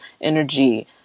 energy